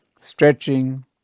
stretching